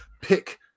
pick